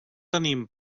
tenim